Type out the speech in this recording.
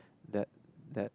that that